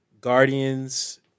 Guardians